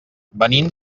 venim